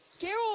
Carol